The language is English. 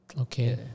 Okay